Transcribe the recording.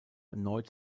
erneut